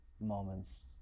moments